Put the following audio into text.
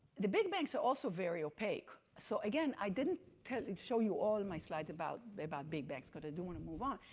the big banks are also very opaque. so again, i didn't kind of show you all my slides about about big banks because i do want to move on.